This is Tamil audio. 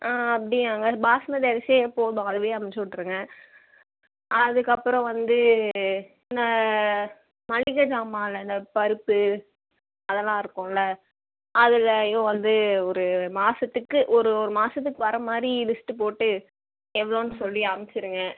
ஆ அப்படியாங்க பாஸ்மதி அரிசியே போதும் அதுவே அனுப்ச்சிவுட்ருங்க அதுக்கப்புறம் வந்து இந்த மளிகை ஜாமானில் இந்த பருப்பு அதெல்லாம் இருக்கும்ல அதுலேயும் வந்து ஒரு மாதத்துக்கு ஒரு ஒரு மாதத்துக்கு வர மாதிரி லிஸ்ட்டு போட்டு எவ்வளோனு சொல்லி அனுப்ச்சிருங்க